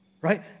Right